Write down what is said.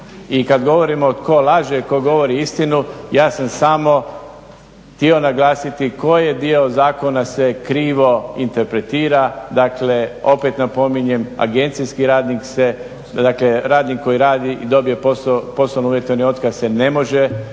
I kada govorimo tko laže, tko govori istinu, ja sam samo htio naglasiti koji dio zakona se krivo interpretira, dakle opet napominjem agencijski radnik se, dakle radnik koji radi i dobije posao, … na otkaz se ne može